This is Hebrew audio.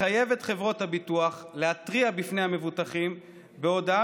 לחייב את חברות הביטוח להתריע בפני המבוטחים בהודעה